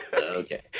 Okay